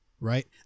Right